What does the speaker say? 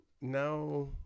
now